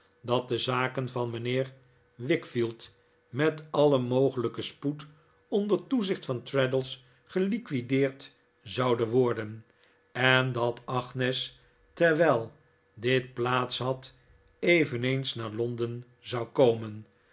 dat de zaken van mijnheer wickfield met alien mogelijken spoed onder toezicht van traddles geliquideerd zouden worden en dat agnes terwijl dit plaats had eveneens naar londen zou komen